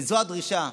וזו הדרישה.